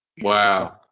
Wow